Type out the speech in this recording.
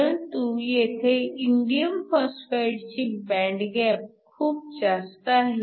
परंतु येथे इंडियम फॉस्फाईडची बँड गॅप खूप जास्त आहे